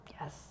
Yes